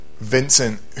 Vincent